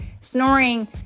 snoring